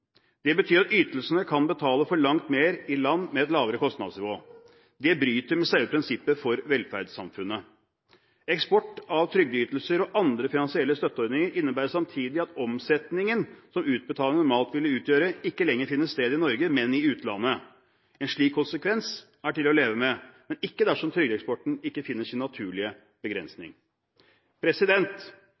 Det betyr at ytelsene kan betale for langt mer i land med et lavere kostnadsnivå. Det bryter med selve prinsippet for velferdssamfunnet. Eksport av trygdeytelser og andre finansielle støtteordninger innebærer samtidig at omsetningen som utbetalingene normalt ville utgjøre, ikke lenger finner sted i Norge, men i utlandet. En slik konsekvens er til å leve med, men ikke dersom trygdeeksporten ikke finner sin naturlige begrensning.